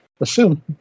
Assume